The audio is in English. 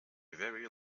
very